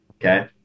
Okay